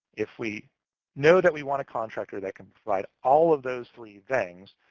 if we know that we want a contractor that can provide all of those three things,